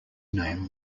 name